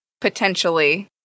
Potentially